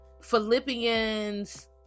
Philippians